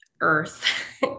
earth